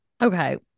Okay